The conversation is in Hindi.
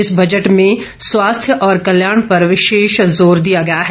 इस बजट में स्वास्थ्य और कल्याण पर विशेष जोर दिया गया है